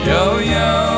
Yo-yo